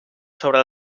sobre